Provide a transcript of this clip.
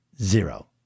Zero